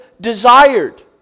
desired